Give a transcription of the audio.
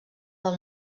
del